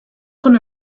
going